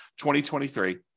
2023